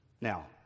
Now